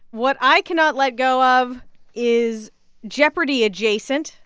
what i cannot let go of is jeopardy adjacent.